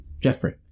jeffrey